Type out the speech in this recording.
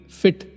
fit